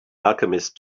alchemist